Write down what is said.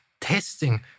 testing